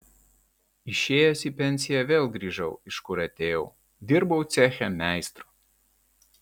išėjęs į pensiją vėl grįžau iš kur atėjau dirbau ceche meistru